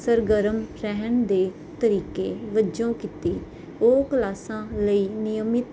ਸਰਗਰਮ ਰਹਿਣ ਦੇ ਤਰੀਕੇ ਵਜੋਂ ਕੀਤੀ ਉਹ ਕਲਾਸਾਂ ਲਈ ਨਿਯਮਿਤ